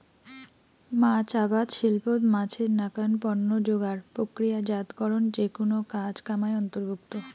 মাছ আবাদ শিল্পত মাছের নাকান পণ্য যোগার, প্রক্রিয়াজাতকরণ যেকুনো কাজ কামাই অন্তর্ভুক্ত